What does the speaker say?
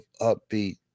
upbeat